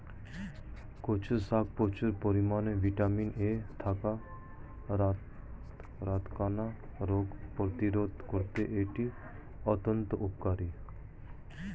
কচু শাকে প্রচুর পরিমাণে ভিটামিন এ থাকায় রাতকানা রোগ প্রতিরোধে করতে এটি অত্যন্ত উপকারী